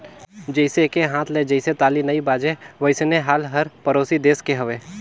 जइसे एके हाथ ले जइसे ताली नइ बाजे वइसने हाल हर परोसी देस के हवे